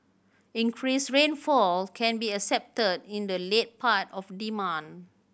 increased rainfall can be expected in the late part of the month